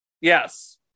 Yes